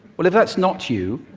well if that's not you,